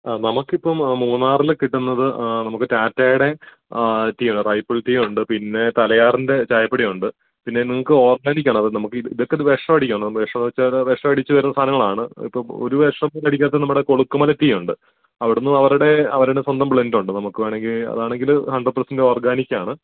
ആ നമുക്കിപ്പം മൂന്നാർൽ കിട്ടുന്നത് നമുക്ക് ടാറ്റായുടെ റ്റീയാണ് റൈപ്പിൾ റ്റീ ഉണ്ട് പിന്നെ തലയാറിന്റെ ചായപ്പൊടിയുണ്ട് പിന്നെ നിങ്ങൾക്ക് ഓർഗാനിക്കാണോ നമുക്കിത് ഇതക്കെ വിഷമടിക്കാണ് വിഷമടിച്ചാൽ വിഷമടിച്ച് വരുന്ന സാധനങ്ങളാണ് ഇപ്പം ഒരു വിഷം പോലും അടിക്കാതെ നമ്മുടെ കൊളുക്കുമല റ്റീ ഉണ്ട് അവിടുന്ന് അവരുടെ സ്വന്തം ബ്ലെൻറ്റൊണ്ട് നമുക്ക് വേണങ്കിൽ അതാണെങ്കിൽ ഹണ്ട്രെഡ് പെർസൻറ്റോർഗാനിക്കാണ്